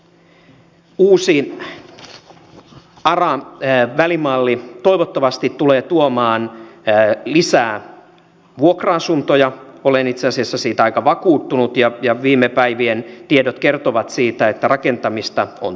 tämä uusi ara välimalli toivottavasti tulee tuomaan lisää vuokra asuntoja olen itse asiassa siitä aika vakuuttunut ja viime päivien tiedot kertovat siitä että rakentamista on tulossa